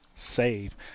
save